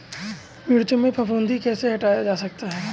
मिर्च में फफूंदी कैसे हटाया जा सकता है?